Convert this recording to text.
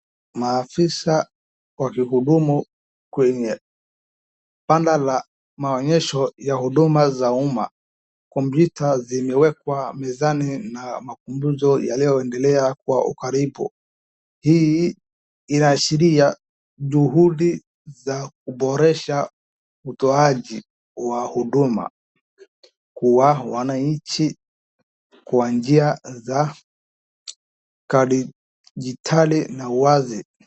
Maafisa wa kuhudumu wakiwa kwenye banda la maonyesho la huduma za umma penye kompyuta zimewekwa i mezani huku makunduzo yakifanyika karibu. Hii inaonyesha juhudi za kuboresha utoaji wa huduma kwa wananchi kwa njia za kidijitali na uwazi.